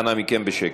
אנא מכם, בשקט.